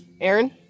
Aaron